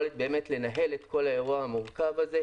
יכולת לנהל את כל האירוע המורכב הזה,